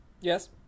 Yes